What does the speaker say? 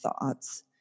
thoughts